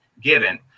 given